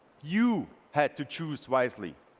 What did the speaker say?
you had to choose wisely.